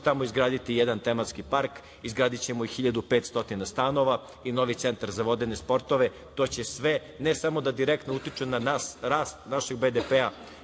tamo izgraditi jedan tematski park, izgradićemo i 1.500 stanova i novi centar za vodene sportove. To će sve ne samo da direktno utiče na rast našeg BDP,